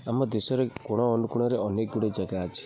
ଆମ ଦେଶରେ କୋଣ ଅନୁକୋଣରେ ଅନେକ ଗୁଡ଼ିଏ ଜାଗା ଅଛି